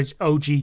Og